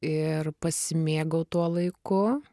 ir pasimėgaut tuo laiku